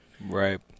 right